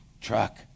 truck